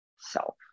self